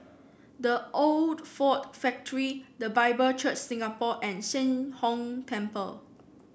The Old Ford Factory The Bible Church Singapore and Sheng Hong Temple